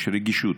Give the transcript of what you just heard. יש רגישות.